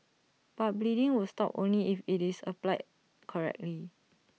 but bleeding will stop only if IT is applied correctly